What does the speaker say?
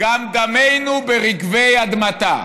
גם דמנו ברגבי אדמתה.